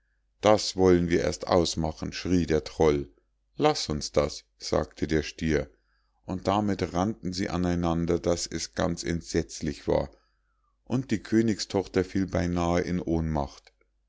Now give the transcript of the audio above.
das wollen wir erst ausmachen schrie der troll laß uns das sagte der stier und damit rannten sie an einander daß es ganz entsetzlich war und die königstochter fiel beinahe in ohnmacht